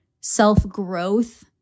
self-growth